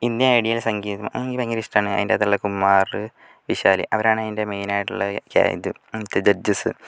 Indian idol സംഗീതം അത് എനിക്ക് ഭയങ്കര ഇഷ്ടമാണ് അതിൻ്റെ അകത്തുള്ള കുമാറ് വിശാൽ അവരാണ് അതിന്റെ മെയിനായിട്ടുള്ള ഇത് ജഡ്ജസ്